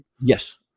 Yes